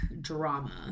drama